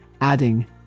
adding